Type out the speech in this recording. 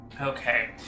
Okay